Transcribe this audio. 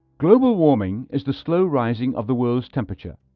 global warming is the slow rising of the world's temperature.